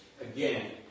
again